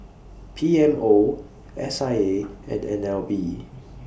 P M O S I A and N L B